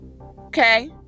Okay